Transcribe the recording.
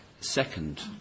second